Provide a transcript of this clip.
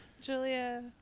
Julia